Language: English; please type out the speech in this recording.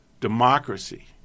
democracy